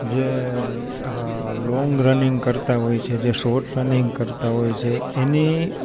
જે આ long running કરતાં હોય છે જે શોર્ટ રનિંગ કરતાં હોય છે એની